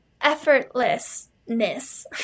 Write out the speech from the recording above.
effortlessness